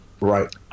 Right